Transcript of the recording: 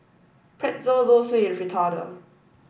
Pretzel Zosui and Fritada